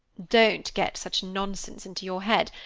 don't get such nonsense into your head,